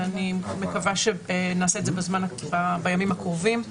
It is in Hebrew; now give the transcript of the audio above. ואני מקווה שנעשה את זה בימים הקרובים.